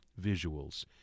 visuals